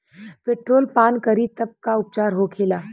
Petrol पान करी तब का उपचार होखेला?